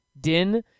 Din